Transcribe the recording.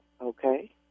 Okay